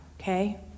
okay